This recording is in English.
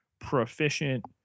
proficient